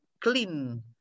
clean